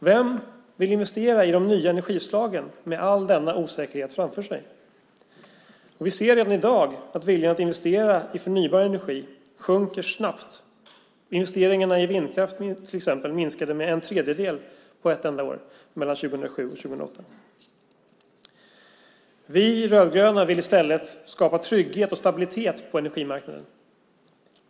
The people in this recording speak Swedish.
Vem vill investera i de nya energislagen med all denna osäkerhet framför sig? Vi ser redan i dag att viljan att investera i förnybar energi sjunker snabbt. Investeringarna i vindkraft minskade till exempel med en tredjedel på ett enda år mellan 2007 och 2008. Vi rödgröna vill i stället skapa trygghet och stabilitet på energimarknaden.